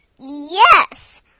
Yes